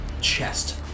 chest